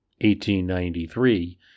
1893